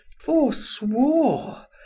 forswore